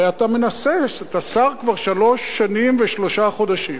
הרי אתה מנסה, אתה שר כבר שלוש שנים ושלושה חודשים